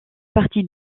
partie